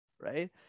right